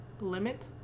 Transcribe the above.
limit